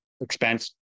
expense